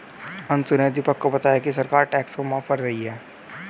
अंशु ने दीपक को बताया कि सरकार टैक्स को माफ कर रही है